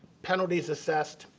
penalties assessed,